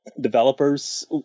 developers